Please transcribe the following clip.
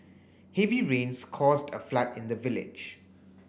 heavy rains caused a flood in the village